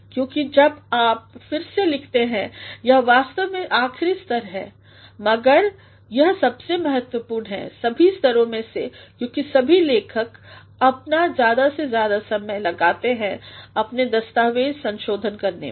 क्योंकि जब आप फिर से लिखते हैं यह वास्तव में आख़िरी स्तर है लेकिन मगर यह सबसे महत्वपूर्ण है सभी स्तरों में से क्योंकि सभी लेखक अपना ज्यादा से ज्यादा समय लगते हैं अपने दस्तावेज़संशोधनकरने में